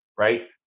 right